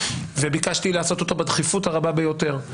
וביקשתי לעשות אותו בדחיפות הרבה ביותר.